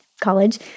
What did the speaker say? college